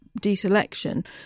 deselection